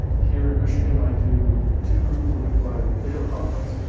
here in michigan, i do two groups a week by video conference.